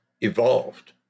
evolved